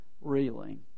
reeling